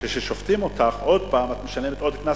כששופטים אותך עוד פעם את משלמת עוד קנס,